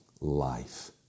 life